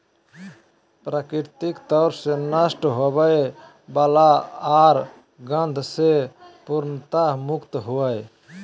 प्राकृतिक तौर से नष्ट होवय वला आर गंध से पूर्णतया मुक्त हइ